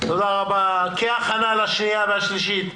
-- כהכנה לקריאה השנייה והשלישית.